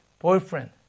boyfriend